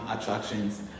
attractions